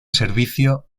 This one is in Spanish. servicio